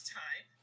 time